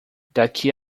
daqui